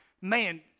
man